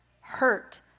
hurt